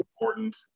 important